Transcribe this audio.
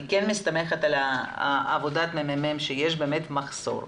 מסתמכת העבודה של הממ"מ שיש באמת מחסור.